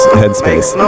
headspace